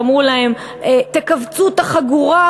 שאמרו להן: תכווצו את החגורה,